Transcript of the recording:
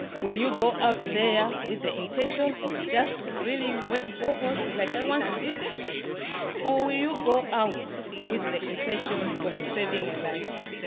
will you go out there with the intention of just drilling wet boreholes like i once did or will you go out with the intention of saving a life?